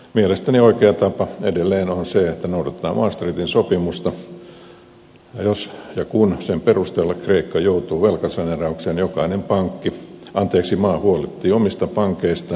mielestäni oikea tapa edelleen on se että noudatetaan maastrichtin sopimusta ja jos ja kun sen perusteella kreikka joutuu velkasaneeraukseen jokainen maa huolehtii omista pankeistaan